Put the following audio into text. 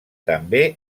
també